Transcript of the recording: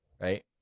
right